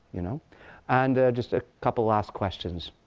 you know and just a couple last questions